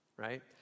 Right